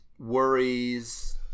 worries